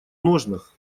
ножнах